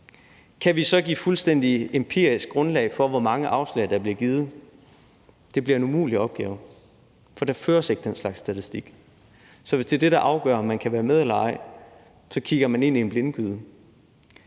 Kan vi så give fuldstændig empirisk grundlag for, hvor mange afslag der bliver givet? Det bliver en umulig opgave, for der føres ikke den slags statistik. Hvis det er det, der afgør, om man kan være med eller ej, så kigger man ind i en blindgyde.